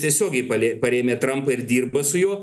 tiesiogiai palė parėmė trampą ir dirba su juo